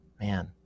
man